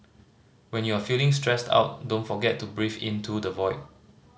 when you are feeling stressed out don't forget to breathe into the void